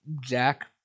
Jack